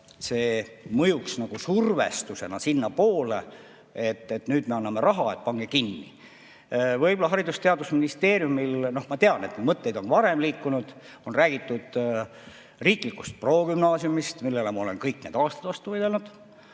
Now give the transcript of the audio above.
see mõjuks survestusena, et nüüd me anname raha, et pange kinni. Haridus‑ ja Teadusministeeriumis, ma tean, neid mõtteid on varem liikunud, on räägitud riiklikust progümnaasiumist, millele ma olen kõik need aastad vastu võidelnud.